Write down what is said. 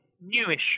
newish